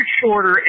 shorter